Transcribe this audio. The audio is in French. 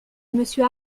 monsieur